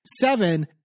seven